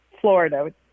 Florida